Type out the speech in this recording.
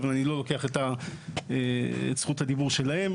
אבל, אני לא לוקח את זכות הדיבור שלהם.